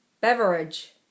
beverage